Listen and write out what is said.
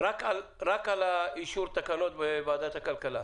רק על אישור התקנות בוועדת הכלכלה?